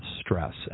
stress